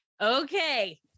Okay